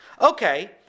Okay